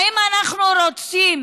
האם אנחנו רוצים